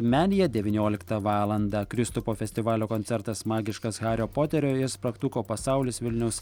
menėje devynioliktą valandą kristupo festivalio koncertas magiškas hario poterio spragtuko pasaulis vilniaus